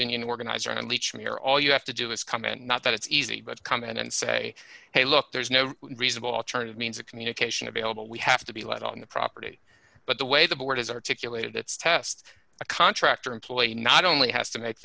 union organizer and leech from here all you have to do is comment not that it's easy but come in and say hey look there's no reasonable alternative means of communication available we have to be let on the property but the way the board has articulated that's test a contractor employee not only has to make